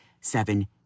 seven